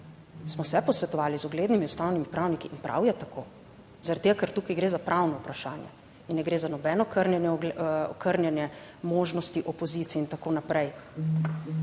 smo se posvetovali z uglednimi ustavnimi pravniki in prav je tako, zaradi tega, ker tukaj gre za pravno vprašanje in ne gre za nobeno okrnjenje možnosti opozicije in tako naprej.